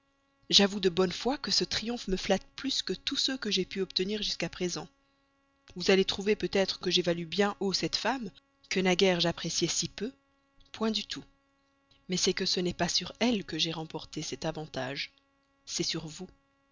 j'avoue de bonne foi que ce triomphe me flatte plus que tous ceux que j'ai pu obtenir jusqu'à présent vous allez trouver peut-être que j'évalue bien haut cette femme que naguère j'appréciais si peu point du tout mais c'est que ce n'est pas sur elle que j'ai remporté cet avantage c'est sur vous